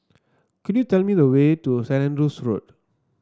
could you tell me the way to Saint Andrew's Road